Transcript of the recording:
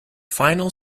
final